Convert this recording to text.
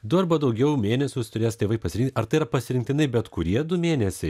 du arba daugiau mėnesius turės tėvai pasirin ar tai ir pasirinktinai bet kurie du mėnesiai